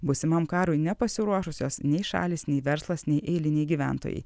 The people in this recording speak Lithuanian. būsimam karui nepasiruošusios nei šalys nei verslas nei eiliniai gyventojai